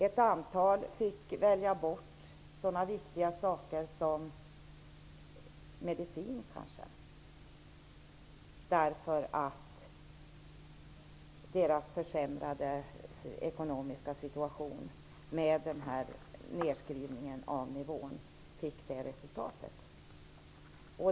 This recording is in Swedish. En del fick välja bort sådana viktiga saker som kanske medicin. Deras försämrade ekonomiska situation med nedskrivningen av nivån fick det resultatet.